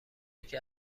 یکی